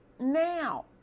Now